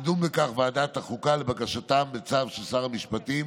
תדון בכך ועדת החוקה, לבקשתם, בצו של שר המשפטים